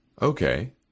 okay